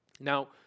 Now